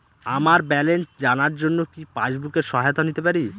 আমার ব্যালেন্স জানার জন্য কি পাসবুকের সহায়তা নিতে পারি?